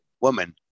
woman